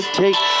take